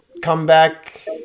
comeback –